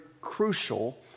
crucial